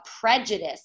prejudice